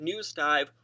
newsdive